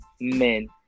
men